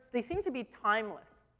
they seem to be timeless.